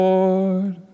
Lord